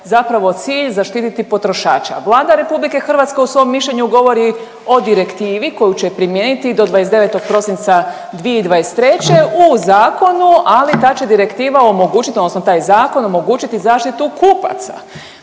zapravo cilj zaštititi potrošača. Vlada RH u svom mišljenju govori o direktivi koju će primijeniti do 29. prosinca 2023. u zakonu, ali ta će direktiva omogućit odnosno taj zakon omogućiti zaštitu kupaca.